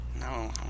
No